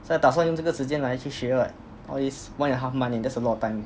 现在打算用这个时间来去学 what all these one and a half month eh that's a lot of time eh